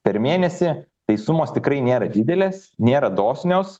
per mėnesį tai sumos tikrai nėra didelės nėra dosnios